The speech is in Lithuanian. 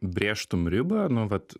brėžtum ribą nu vat